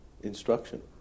instruction